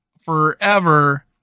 forever